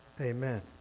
Amen